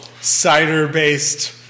cider-based